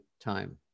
time